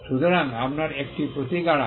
সুতরাং আপনার একটি প্রতিকার আছে